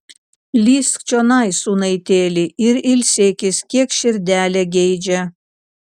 lįsk čionai sūnaitėli ir ilsėkis kiek širdelė geidžia